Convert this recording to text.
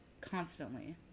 constantly